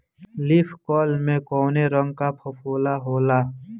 Leaf curl में कौने रंग का फफोला होला?